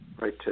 right